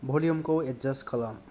भलिउमखौ एडजास्ट खालाम